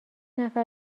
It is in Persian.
نفر